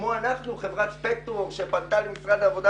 כמו חברת ספקטור שפנתה למשרד העבודה